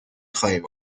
خواهیم